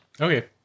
Okay